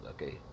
Okay